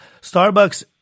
Starbucks